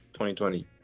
2020